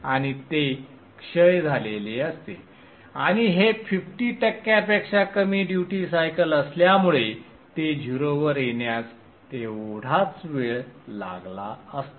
आणि ते क्षय झालेले असते आणि हे 50 टक्क्यांपेक्षा कमी ड्युटी सायकल असल्यामुळे ते 0 वर येण्यास तेवढाच वेळ लागला असता